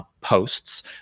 posts